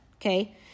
okay